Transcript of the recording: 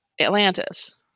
Atlantis